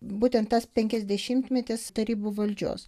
būtent tas penkiasdešimtmetis tarybų valdžios